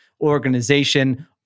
organization